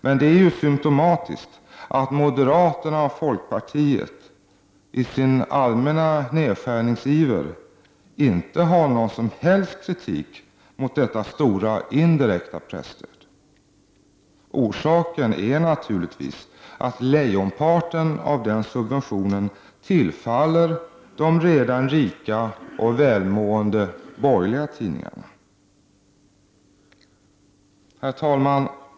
Men det är symtomatiskt att moderaterna och folkpartiet i sin allmänna nedskärningsiver inte har någon som helst kritik mot detta stora indirekta presstöd. Orsaken är naturligtvis att lejonparten av den subventionen tillfaller de redan rika och välmående borgerliga tidningarna. Herr talman!